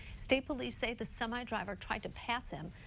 state police say the semi driver tried to pass um